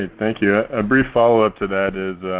and thank you. a brief follow-up that is